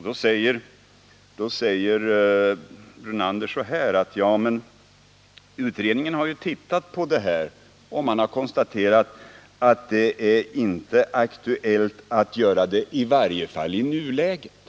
Då säger Lennart Brunander: Utredningen har ju tittat på detta och konstaterat att det inte är aktuellt att göra en invallning, i varje fall inte i nuläget.